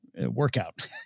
workout